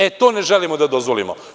E to ne želimo da dozvolimo.